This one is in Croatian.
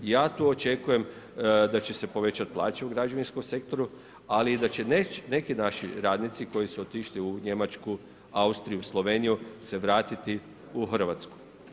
Ja tu očekujem da će se povećati plaće u građevinskom sektoru ali i da će neki naši radnici koji su otišli u Njemačku, Austriju, Sloveniju se vratiti u Hrvatsku.